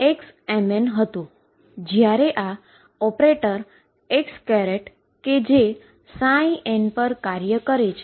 અને જ્યારે આ ઓપરેટર x કે જે n પર કાર્ય કરે છે